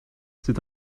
c’est